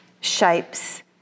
shapes